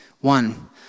One